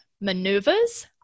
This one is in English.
maneuvers